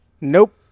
Nope